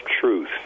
truth